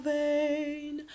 vain